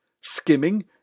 Skimming